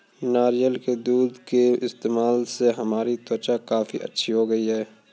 नारियल के दूध के इस्तेमाल से हमारी त्वचा काफी अच्छी हो गई है